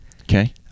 Okay